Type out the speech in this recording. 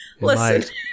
Listen